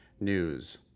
news